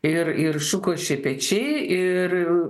ir ir šukos šepečiai ir